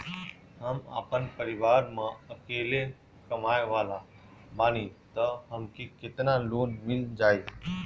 हम आपन परिवार म अकेले कमाए वाला बानीं त हमके केतना लोन मिल जाई?